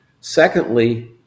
Secondly